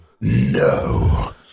no